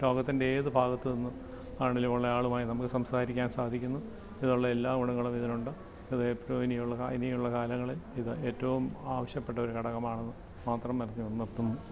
ലോകത്തിൻ്റെ ഏത് ഭാഗത്ത് നിന്നും ആണേലും ഉള്ള ആളുമായി നമുക്ക് സംസാരിക്കാൻ സാധിക്കുന്നു അങ്ങനെയുള്ള എല്ലാ ഗുണങ്ങളും ഇതിനുണ്ട് അത് ഏറ്റവും ഇനിയുള്ള കാലങ്ങളിൽ ഇത് ഏറ്റവും ആവശ്യപ്പെട്ട ഒരു ഘടകമാണെന്നു മാത്രം പറഞ്ഞു നിർത്തുന്നു